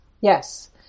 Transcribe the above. Yes